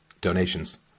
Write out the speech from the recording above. donations